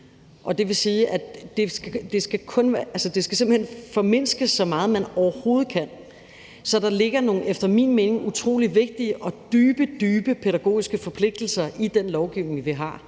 Det vil sige, at det simpelt hen skal formindskes så meget, man overhovedet kan. Så der ligger nogle efter min mening utrolig vigtige og dybe, dybe pædagogiske forpligtelser i den lovgivning, vi har.